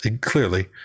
clearly